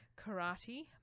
Karate